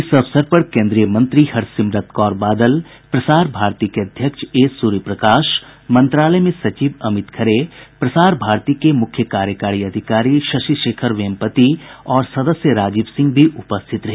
इस अवसर पर केन्द्रीय मंत्री हरसिमरत कौर बादल प्रसार भारतीके अध्यक्ष ए सूर्यप्रकाश मंत्रालय में सचिव अमित खरे प्रसार भारती के मुख्य कार्यकारी अधिकारी शशि शेखर वेम्पटि और सदस्य राजीव सिंह भी उपस्थित रहे